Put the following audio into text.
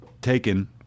taken